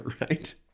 right